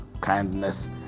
kindness